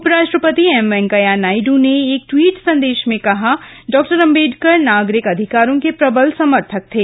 उपराष्ट्रपति एम वैंकैया नायड् ने एक ट्वीट संदेश में कहा डॉ अम्बेडकर नागरिक अधिकारो के प्रबल समर्थक थे